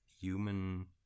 human